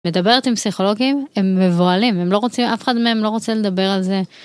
מדברת עם פסיכולוגים הם מבוהלים, הם לא רוצים אף אחד מהם לא רוצה לדבר על זה.